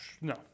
No